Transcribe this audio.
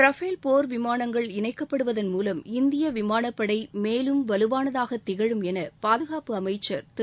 Rafale போர் விமானங்கள் இணைக்கப்படுவதன் மூலம் இந்திய விமானப்படை மேலும் வலுவானதாக திகழும் என பாதுகாப்பு அமைச்சர் திரு